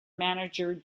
manager